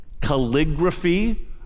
calligraphy